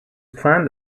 planned